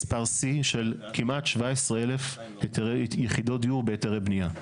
מספר שיא של כמעט 17,000 היתרי יחידות דיור בהיתרי בנייה.